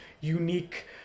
unique